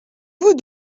vous